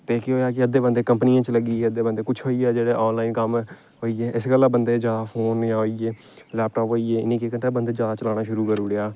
केह् होएआ कि अद्धे बंदे कम्पनियें च लग्गी गे अद्धे बंदे कुछ होई गेआ जेह्ड़ा आनलाइन कम्म होई गे इस गल्ला बंदे ज्यादा फोन जां होई गे लैपटाप होई गे इ'नें केह् कीता बंदे ज्यादा चलाना शुरू करी ओड़ेआ